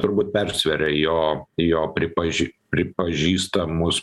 turbūt persveria jo jo pripaži pripažįstamus